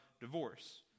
divorce